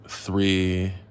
three